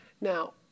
Now